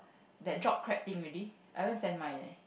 that drop crack thing already I haven't send mine leh